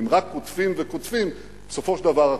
אם רק קוטפים וקוטפים, בסופו של דבר,